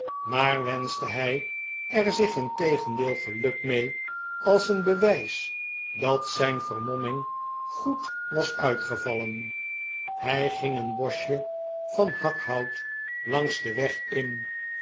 maar wenschte hij er zich integendeel geluk mee als een bewijs dat zijn vermomming goed was uitgevallen hij ging een boschje van hakhout langs den weg in